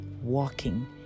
walking